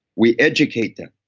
we educate them.